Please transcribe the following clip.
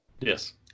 yes